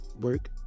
work